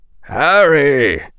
Harry